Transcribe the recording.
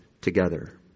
together